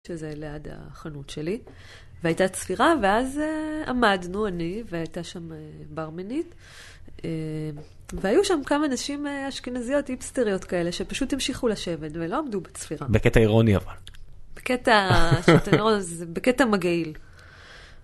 שזה ליד החנות שלי, והייתה צפירה, ואז עמדנו אני, והייתה שם ברמנית, והיו שם כמה נשים אשכנזיות, איפסטריות כאלה, שפשוט המשיכו לשבת, ולא עמדו בצפירה. בקטע אירוני אבל. בקטע שוטנרוז, בקטע מגעיל.